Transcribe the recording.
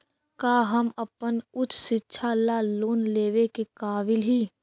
का हम अपन उच्च शिक्षा ला लोन लेवे के काबिल ही?